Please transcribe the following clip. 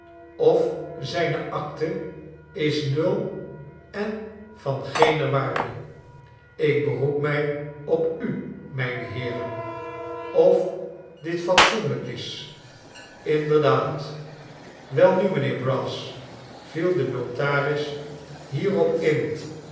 of zijne acte is nul en van geener waarde ik beroep mij op u mijne heeren of dit fatsoenlijk is inderdaad welnu mijnheer brass viel de notaris hierop in